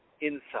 inside